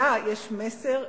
לה יש מסר,